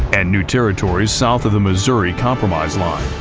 and new territories south of the missouri compromise line.